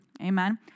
Amen